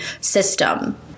system